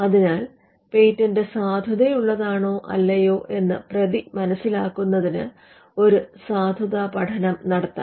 അതിനാൽ പേറ്റന്റ് സാധുതയുള്ളതാണോ അല്ലയോ എന്ന് പ്രതി മനസിലാക്കുന്നതിന് ഒരു സാധുതാപഠനം നടത്താം